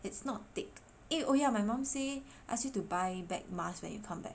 it's not thick eh oh ya my mum say ask you to buy back mask when you come back